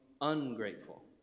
ungrateful